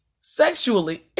Sexually